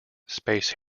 space